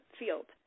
field